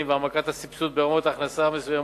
ולהעמקת הסבסוד ברמות הכנסה מסוימות.